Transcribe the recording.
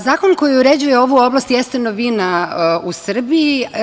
Zakon koji uređuje ovu oblast jeste novina u Srbiji.